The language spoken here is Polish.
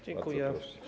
Dziękuję.